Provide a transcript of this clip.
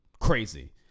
crazy